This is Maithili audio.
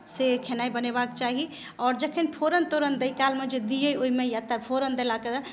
से खेनाइ बनेबाक चाही आओर जखन फोरन तोरन दय कालमे जऽ दियै ओहिमे तऽ कनि फोरन देलाक बाद